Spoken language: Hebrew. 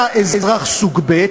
אתה אזרח סוג ב',